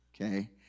okay